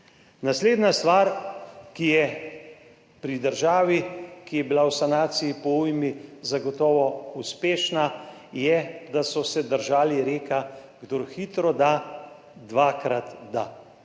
Naslednja stvar, ki je pri državi, ki je bila v sanaciji po ujmi, zagotovo uspešna, je, da so se držali reka, kdor hitro da, dvakrat da.